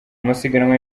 amasiganwa